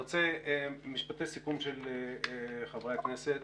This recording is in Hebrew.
משפטי סיכום של חברי הכנסת.